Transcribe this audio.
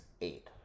eight